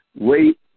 wait